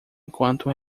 enquanto